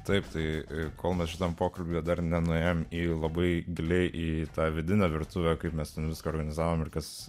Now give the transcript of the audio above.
taip tai kol mes šitam pokalbiui dar nenuėjome į labai giliai į tą vidinę virtuvę kaip mes ten viską organizavome ir kas